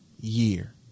year